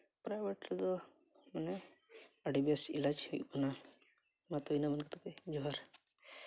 private ᱨᱮᱫᱚ ᱢᱟᱱᱮ ᱟᱹᱰᱤ ᱵᱮᱥ ᱮᱞᱟᱡᱽ ᱦᱩᱭᱩᱜ ᱠᱟᱱᱟ ᱢᱟ ᱛᱚᱵᱮ ᱤᱱᱟᱹ ᱢᱮᱱ ᱠᱟᱛᱮ ᱡᱚᱦᱟᱨ